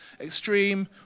extreme